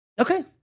Okay